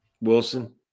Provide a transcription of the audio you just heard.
Wilson